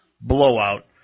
blowout